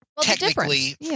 technically